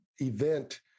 event